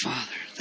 Father